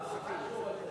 מה שהוא רוצה.